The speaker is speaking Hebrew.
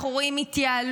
אנחנו רואים התייעלות.